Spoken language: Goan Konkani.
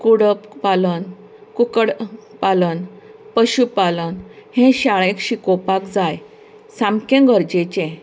कुडक पालन कुकड पालन पशु पालन हें शाळेंत शिकोवपाक जाय सामकें गरजेचें